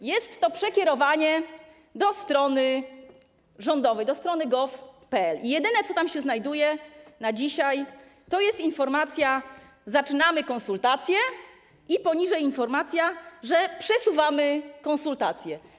O! Jest to przekierowanie do strony rządowej, do strony gov.pl i jedyne, co tam się znajduje na dzisiaj, to informacja: zaczynamy konsultacje, a poniżej informacja, że przesuwamy konsultacje.